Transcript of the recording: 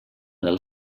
del